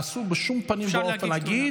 תקשיב,